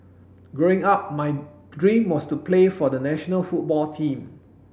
growing up my dream was to play for the national football team